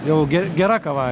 jau gera kava